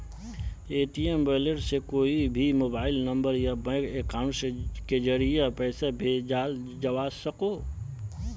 Paytm wallet से कोए भी मोबाइल नंबर या बैंक अकाउंटेर ज़रिया पैसा भेजाल जवा सकोह